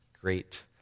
great